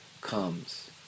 comes